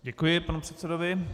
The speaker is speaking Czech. Děkuji panu předsedovi.